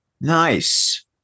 Nice